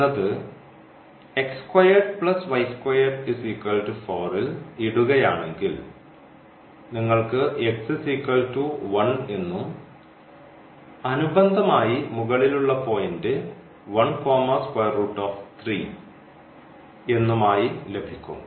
എന്നത് ൽ ഇടുകയാണെങ്കിൽ നിങ്ങൾക്ക് എന്നും അനുബന്ധമായി മുകളിലുള്ള പോയിൻറ് എന്നും ആയി ലഭിക്കും